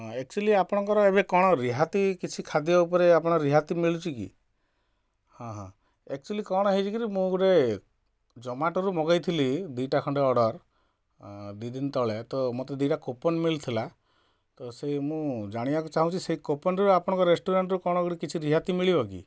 ହଁ ଏକଚୁଲି ଆପଣଙ୍କର ଏବେ କ'ଣ ରିହାତି କିଛି ଖାଦ୍ୟ ଉପରେ ଆପଣ ରିହାତି ମିଳୁଛି କି ହଁ ହଁ ଏକଚୁଲି କ'ଣ ହେଇଛିକିରି ମୁଁ ଗୋଟେ ଜମାଟୋରୁ ମଗାଇଥିଲି ଦୁଇଟା ଖଣ୍ଡେ ଅର୍ଡ଼ର ଦୁଇ ଦିନ ତଳେ ତ ମତେ ଦୁଇଟା କୁପନ ମିଳିଥିଲା ତ ସେଇ ମୁଁ ଜାଣିବାକୁ ଚାହୁଁଛି ସେଇ କୁପନରେ ଆପଣଙ୍କ ରେଷ୍ଟୁରାଣ୍ଟରୁ କ'ଣ ଗୋଟେ କିଛି ରିହାତି ମିଳିବ କି